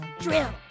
Drill